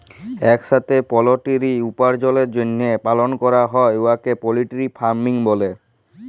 ইকসাথে পলটিরি উপার্জলের জ্যনহে পালল ক্যরা হ্যয় উয়াকে পলটিরি ফার্মিং ব্যলে